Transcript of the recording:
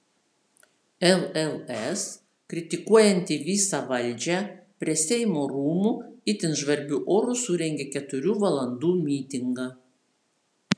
lls kritikuojanti visą valdžią prie seimo rūmų itin žvarbiu oru surengė keturių valandų mitingą